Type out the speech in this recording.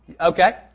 Okay